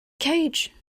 cage